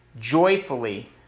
joyfully